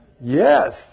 Yes